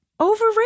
Overrated